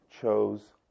chose